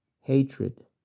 hatred